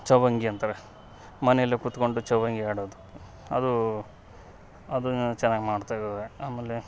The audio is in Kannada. ಚೌವಂಗಿ ಅಂತಾರೆ ಮನೇಲೆ ಕುತ್ಕೊಂಡು ಚೌವಂಗಿ ಆಡೋದು ಅದು ಅದುನ್ನಾ ಚೆನ್ನಾಗ್ ಮಾಡ್ತಾವಿವೆ ಆಮೇಲೆ